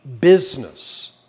business